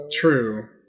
True